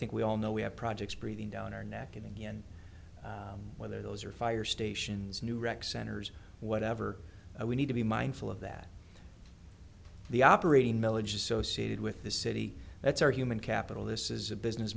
think we all know we have projects breathing down our neck again whether those are fire stations new wrecks centers whatever we need to be mindful of that the operating milledge associated with the city that's our human capital this is a business